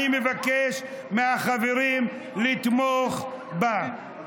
אני מבקש מהחברים לתמוך בה.